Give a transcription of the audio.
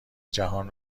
جهان